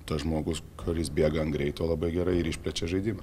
tas žmogus kuris bėga ant greito labai gerai ir išplečia žaidimą